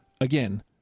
Again